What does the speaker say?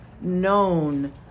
known